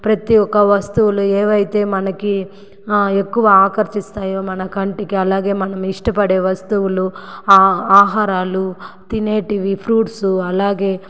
ప్రతి ఒక వస్తువులు ఏవైతే మనకి ఎక్కువ ఆకర్షిస్తాయో మన కంటికి అలాగే మనం ఇష్టపడే వస్తువులు ఆ ఆహారాలు తినేటివి ఫ్రూట్సు అలాగే